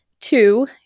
Two